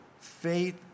faith